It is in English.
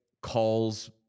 calls